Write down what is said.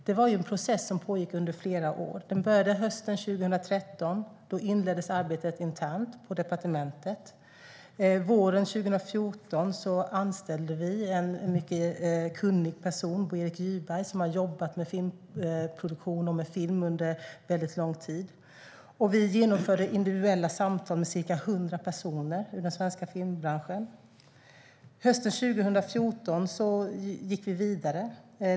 Det var en process som pågick under flera år. Den började hösten 2013, då arbetet inleddes internt på departementet. Våren 2014 anställde vi en mycket kunnig person, Bo-Erik Gyberg, som har jobbat med film och filmproduktion under lång tid. Vi har genomfört individuella samtal med ca 100 personer i den svenska filmbranschen. Hösten 2014 gick vi vidare.